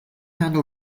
handle